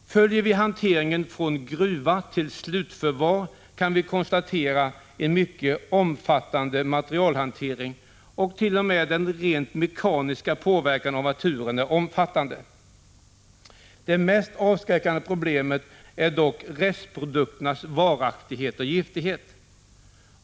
Följer vi hanteringen från gruva till slutförvar kan vi konstatera en mycket omfattande materialhantering. T.o.m. den rent mekaniska påverkan av naturen är omfattande. Det mest avskräckande problemet är dock restprodukternas varaktighet och giftighet.